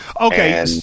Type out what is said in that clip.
Okay